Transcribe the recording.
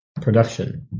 Production